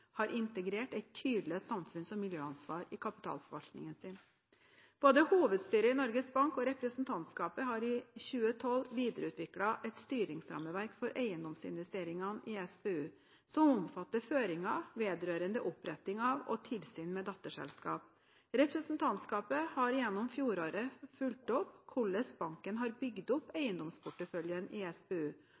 har integrert et tydelig samfunns- og miljøansvar i sin kapitalforvaltning. Både Norges Banks hovedstyre og representantskap har i 2012 videreutviklet et styringsrammeverk for eiendomsinvesteringer i SPU som omfatter føringer vedrørende oppretting av og tilsyn med datterselskap. Representantskapet har gjennom fjoråret fulgt opp hvordan banken har bygd opp eiendomsporteføljen i SPU,